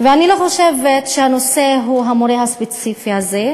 אני לא חושבת שהנושא הוא התלמידה הספציפית הזאת